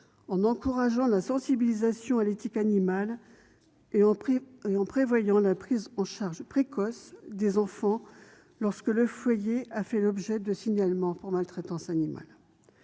les actions de sensibilisation à l'éthique animale et prévoyons la prise en charge précoce des enfants lorsque leur foyer a fait l'objet de signalements pour maltraitance animale.